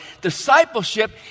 Discipleship